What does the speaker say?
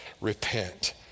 repent